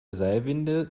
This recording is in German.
seilwinde